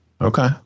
Okay